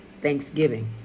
thanksgiving